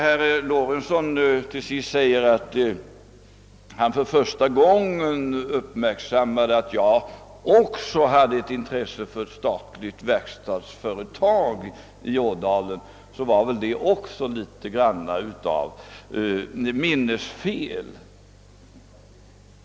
Herr Lorentzon hävdar vidare att han för första gången har uppmärksammat att också jag har ett intresse för ett statligt verkstadsföretag i Ådalen, men det måste vara ett litet minnesfel.